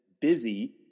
busy